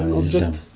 object